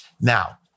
Now